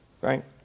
right